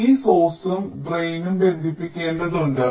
ഈ ഉറവിടവും ഡ്രെയിനും ബന്ധിപ്പിക്കേണ്ടതുണ്ട്